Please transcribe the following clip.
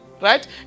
right